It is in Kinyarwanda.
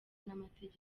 n’amategeko